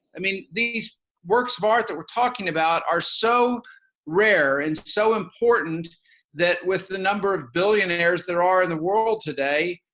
i mean, these works of art we are talking about are so rare and so important that with the number of billionaires there are in the world today,